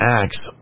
acts